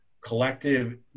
collective